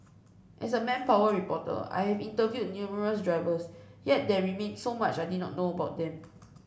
as a manpower reporter I have interviewed numerous drivers yet there remained so much I did not know about them